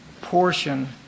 portion